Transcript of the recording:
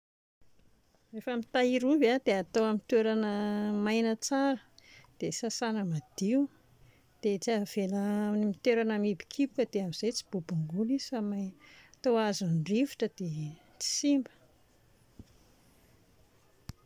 Rehefa mitahiry ovy aho dia hatao amin'ny toerana maina tsara dia sasana madio dia tsy avela amin'ny toerana mihibokiboka dia amin'izay tsy bobongolo izy fa m- hatao azon'ny rivotra dia tsy simba